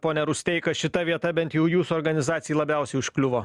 pone rusteika šita vieta bent jau jūsų organizacijai labiausiai užkliuvo